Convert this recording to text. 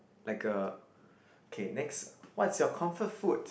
like a okay next what's your comfort food